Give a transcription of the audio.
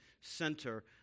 center